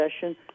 session